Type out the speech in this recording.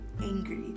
angry